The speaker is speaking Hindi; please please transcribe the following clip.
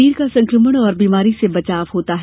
शरीर का संकमण और बीमारी से बचाव होता है